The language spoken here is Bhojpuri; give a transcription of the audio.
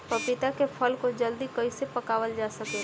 पपिता के फल को जल्दी कइसे पकावल जा सकेला?